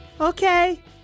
Okay